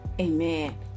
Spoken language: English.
amen